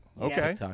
Okay